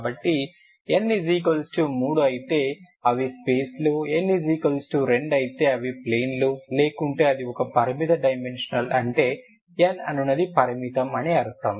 కాబట్టి n 3 అయితే అవి స్పేస్లో n 2 అయితే అవి ప్లేన్ లో లేకుంటే అది ఒక పరిమిత డైమెన్షనల్ అంటే n అనునది పరిమితం అని అర్థం